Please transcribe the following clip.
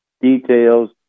details